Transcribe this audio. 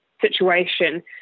situation